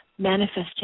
Manifesting